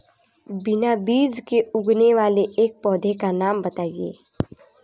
बिना बीज के उगने वाले एक पौधे का नाम बताइए